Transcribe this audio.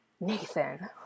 Nathan